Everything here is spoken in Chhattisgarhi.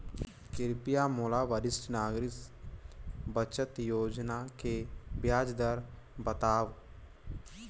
कृपया मोला वरिष्ठ नागरिक बचत योजना के ब्याज दर बतावव